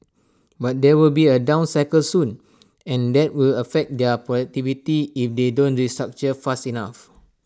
but there will be A down cycle soon and that will affect their productivity if they don't restructure fast enough